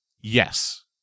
yes